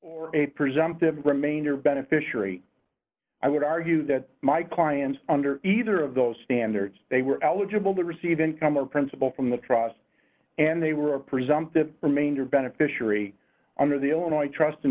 or a presumptive remainder beneficiary i would argue that my client under either of those standards they were eligible to receive income or principal from the trust and they were presumptive remainder beneficiary under the illinois trust